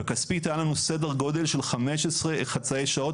בכספית היה לנו סדר גודל של 15 חצאי שעות